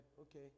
Okay